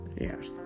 yes